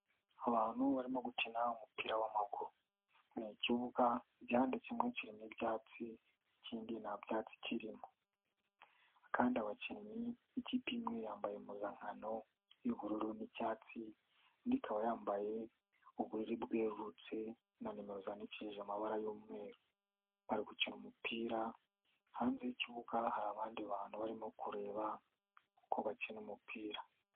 Abantu barimo gukina umupira w'amaguru. Ni ikibuga igihande kimwe kirimo ibyatsi ikindi nta byatsi kirimo kandi abakinnyi ikipe imwe yambaye impuzankano y'ubururu n'icyatsi, indi ikaba yambaye ubururu bwerurutse na nimero zandikishije amabara y'umweru. Bari gukina umupira hanze y'ikibuga hari abandi bantu barimo kureba uko bakina umupira.